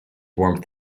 warmth